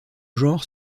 genre